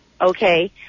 okay